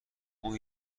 اون